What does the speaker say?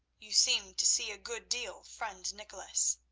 you seem to see a good deal, friend nicholas.